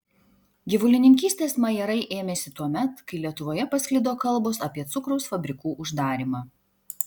gyvulininkystės majerai ėmėsi tuomet kai lietuvoje pasklido kalbos apie cukraus fabrikų uždarymą